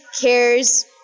cares